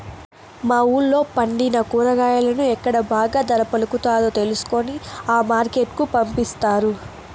మా వూళ్ళో పండిన కూరగాయలను ఎక్కడ బాగా ధర పలుకుతాదో తెలుసుకొని ఆ మార్కెట్ కు పంపిస్తారు